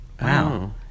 Wow